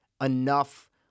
enough